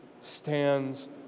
stands